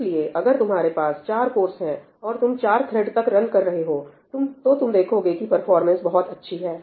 इसलिए अगर तुम्हारे पास 4 कोरस हैंऔर तुम 4 थ्रेड तक रन कर रहे हो तो तुम देखोगे की परफॉर्मेंस बहुत अच्छी है